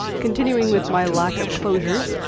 continuing with my lack of closures,